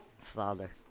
father